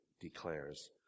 declares